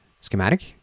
schematic